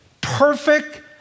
Perfect